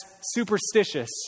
superstitious